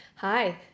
Hi